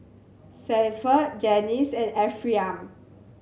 Sanford Janyce and Ephriam